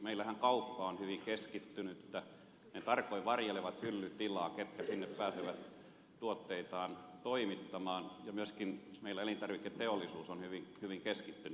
meillähän kauppa on hyvin keskittynyttä kaupat tarkoin varjelevat hyllytilaa ketkä sinne pääsevät tuotteitaan toimittamaan ja myöskin meillä elintarviketeollisuus on hyvin keskittynyt